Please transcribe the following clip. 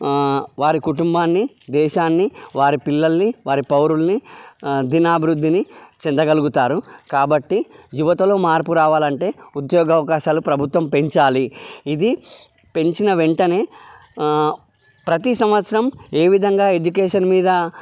వారి కుటుంబాన్ని దేశాన్ని వారి పిల్లల్ని వారి పౌరులని దినాభివృద్ధిని చెందగలుగుతారు కాబట్టి యువతలో మార్పు రావాలంటే ఉద్యోగ అవకాశాలు ప్రభుత్వం పెంచాలి ఇది పెంచిన వెంటనే ప్రతీ సంవత్సరం ఏ విధంగా ఎడ్యుకేషన్ మీద